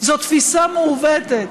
זו תפיסה מעוותת,